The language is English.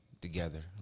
together